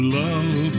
love